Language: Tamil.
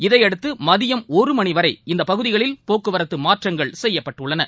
இதனையடுத்து மதியம் ஒரு மணிவரை இந்தப் பகுதிகளில் போக்குவரத்து மாற்றங்கள் செய்யப்பட்டுள்ளன